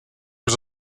was